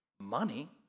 money